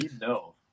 no